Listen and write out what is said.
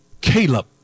Caleb